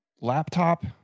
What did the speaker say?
laptop